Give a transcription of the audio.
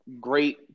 great